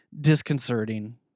disconcerting